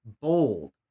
bold